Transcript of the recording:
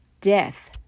Death